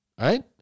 Right